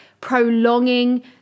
prolonging